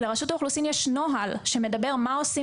לרשות האוכלוסין יש נוהל שמדבר על מה עושים